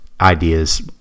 ideas